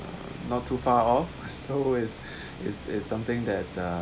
not too far off so is is is something that uh